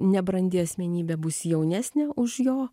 nebrandi asmenybė bus jaunesnė už jo